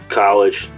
college